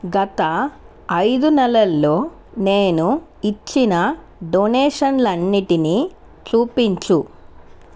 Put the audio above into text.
గత ఐదు నెలల్లో నేను ఇచ్చిన డొనేషన్లు అన్నింటినీ చూపించుము